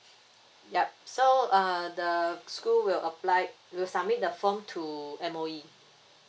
yup so uh the school will applied will submit the form to M_O_E